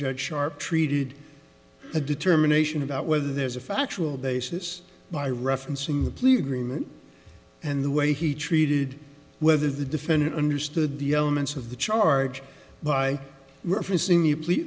judge sharp treated the determination about whether there's a factual basis by referencing the plea agreement and the way he treated whether the defendant understood the elements of the charge by referencing you please